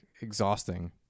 exhausting